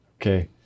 Okay